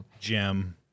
Jim